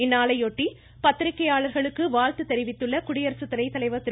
இந்நாளையொட்டி பத்திரிக்கையாளர்களுக்கு வாழ்த்து தெரிவித்துள்ள குடியரசு துணைத்தலைவர் திரு